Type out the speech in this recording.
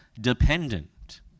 dependent